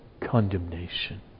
condemnation